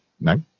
no